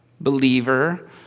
believer